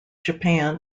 japan